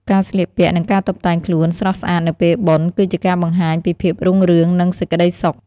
ការស្លៀកពាក់និងការតុបតែងខ្លួនស្រស់ស្អាតនៅពេលបុណ្យគឺជាការបង្ហាញពីភាពរុងរឿងនិងសេចក្ដីសុខ។